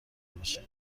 باشه